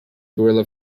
gorilla